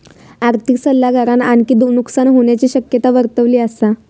आर्थिक सल्लागारान आणखी नुकसान होण्याची शक्यता वर्तवली असा